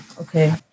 okay